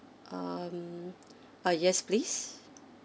um uh yes please